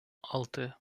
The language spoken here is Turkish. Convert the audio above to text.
altı